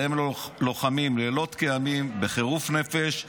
והם לוחמים לילות כימים בחירוף נפש,